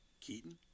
Keaton